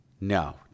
No